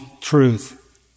truth